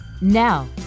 Now